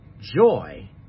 Joy